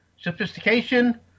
sophistication